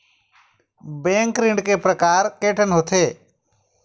Bank ऋण के प्रकार के होथे?